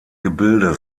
gebilde